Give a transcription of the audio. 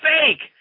fake